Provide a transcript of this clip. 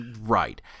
Right